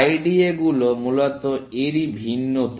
IDA গুলো মূলত এরই ভিন্নতা